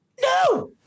No